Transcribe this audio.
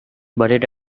buried